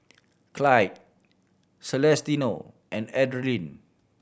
Clydie Celestino and Adriane